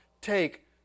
take